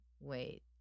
wait